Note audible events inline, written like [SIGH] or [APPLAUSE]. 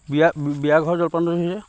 বিয়া বিয়া ঘৰ জলপান [UNINTELLIGIBLE]